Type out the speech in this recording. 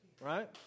right